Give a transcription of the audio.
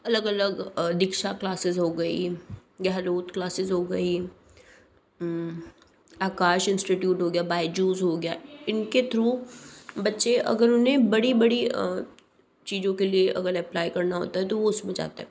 अलग अलग दीक्षा क्लासेस हो गई गहलोत क्लासेस हो गई आकाश इंस्टिट्यूट हो गया बाएजूज़ हो गया इन के थ्रू बच्चे अगर उन्हें बड़ी बड़ी चीज़ों के लिए अगर अप्लाई करना होता है तो वो उसमें जाते हैं